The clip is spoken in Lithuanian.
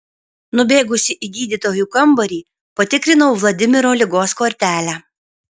nubėgusi į gydytojų kambarį patikrinau vladimiro ligos kortelę